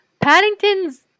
Paddington's